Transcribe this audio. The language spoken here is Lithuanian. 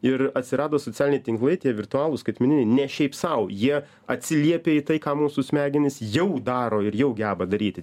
ir atsirado socialiniai tinklai tie virtualūs skaitmeniniai ne šiaip sau jie atsiliepia į tai ką mūsų smegenys jau daro ir jau geba daryti